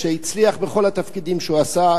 שהצליח בכל התפקידים שעשה,